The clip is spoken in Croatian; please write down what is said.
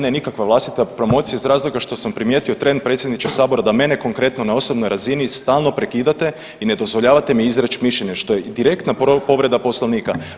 Ne, nikakva vlastita promocija iz razloga što sam primijetio trend, predsjedniče Sabora, da mene konkretno na osobnoj razini stalno prekidate i ne dozvoljavate mi izreći mišljenje, što je direktna povreda Poslovnika.